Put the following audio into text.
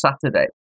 Saturday